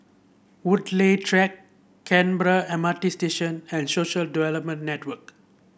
Woodleigh Track Canberra M R T Station and Social Development Network